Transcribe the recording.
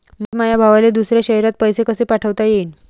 मले माया भावाले दुसऱ्या शयरात पैसे कसे पाठवता येईन?